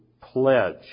pledge